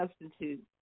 substitute